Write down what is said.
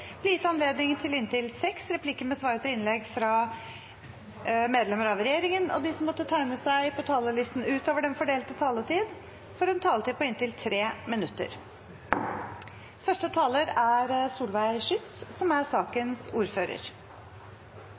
anledning til inntil seks replikker med svar etter innlegg fra medlemmer av regjeringen, og de som måtte tegne seg på talerlisten utover den fordelte taletid, får en taletid på inntil